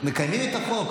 לא,